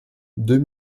deux